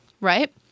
right